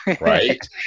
Right